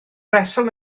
rheswm